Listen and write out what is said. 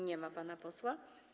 Nie ma pana posła?